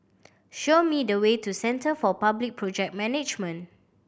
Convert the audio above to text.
show me the way to Centre for Public Project Management